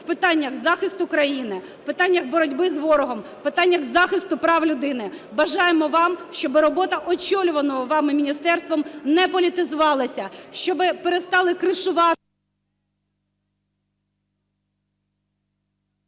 в питаннях захисту країни, в питаннях боротьби з ворогом, в питаннях захисту прав людини. Бажаємо вам, щоб робота очолюваного вами міністерства не політизувалась, щоб перестали…